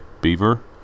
beaver